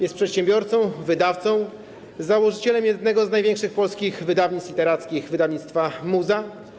Jest przedsiębiorcą, wydawcą, założycielem jednego z największych polskich wydawnictw literackich - wydawnictwa Muza.